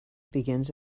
begins